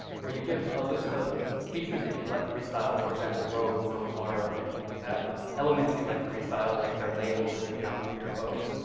where you give a list of features that you'd like to restyle for example, roads or water or anything like that elements you'd like to restyle, like their labels or their geometry or both,